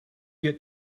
get